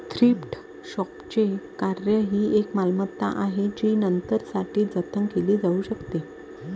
thrift शॉपचे कार्य ही एक मालमत्ता आहे जी नंतरसाठी जतन केली जाऊ शकते